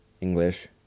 English